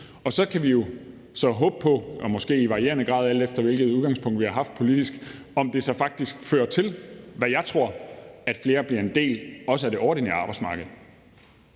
Så kan vi jo så håbe på, måske i varierende grad, alt efter hvilket udgangspunkt vi har haft politisk, at det så faktisk fører til, at flere bliver en del af det ordinære arbejdsmarked,